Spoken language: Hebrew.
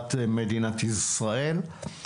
כבירת מדינת ישראל.